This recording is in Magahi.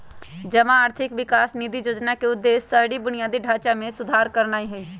जमा आर्थिक विकास निधि जोजना के उद्देश्य शहरी बुनियादी ढचा में सुधार करनाइ हइ